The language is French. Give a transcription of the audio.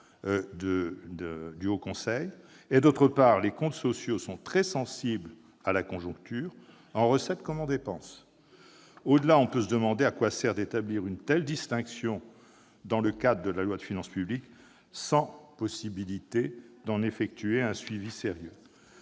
« optimiste ». D'autre part, les comptes sociaux sont très sensibles à la conjoncture, en recettes comme en dépenses. Au-delà, on peut se demander à quoi sert d'établir une telle distinction dans le cadre de la loi de programmation des finances publiques sans possibilité d'en effectuer un suivi sérieux.